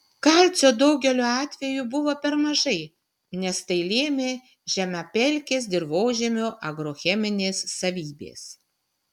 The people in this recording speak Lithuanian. kalcio daugeliu atvejų buvo per mažai nes tai lėmė žemapelkės dirvožemio agrocheminės savybės